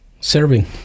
Serving